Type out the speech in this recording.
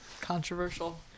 controversial